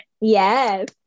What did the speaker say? Yes